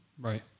Right